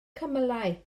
cymylau